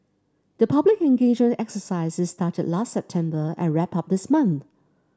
the public engagement exercises started last September and wrapped up this month